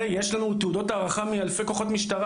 יש לנו תעודות הערכה מאלפי כוחות משטרה